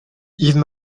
yves